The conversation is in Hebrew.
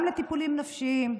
גם על טיפולים נפשיים,